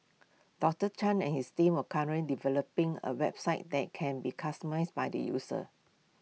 doctor chan and his team were currently developing A website that can be customised by the user